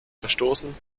verstoßen